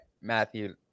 Matthew